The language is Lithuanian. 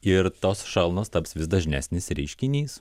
ir tos šalnos taps vis dažnesnis reiškinys